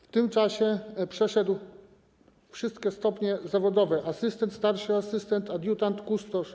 W tym czasie przeszedł wszystkie stopnie zawodowe: asystent, starszy asystent, adiutant, kustosz.